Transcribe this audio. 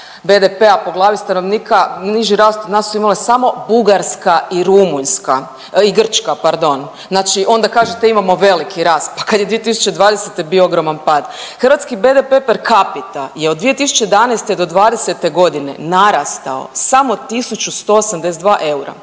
BDP-a po glavi stanovnika, niži rast od nas su imale su Bugarska i Rumunjska i Grčka pardon. Znači onda kažete imamo veliki rast pa kad je 2020. bio ogroman pad. Hrvatski BDP per capita je od 2011. do '20. godine narastao samo 1.182 eura.